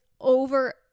over